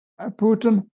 Putin